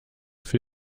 für